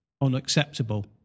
unacceptable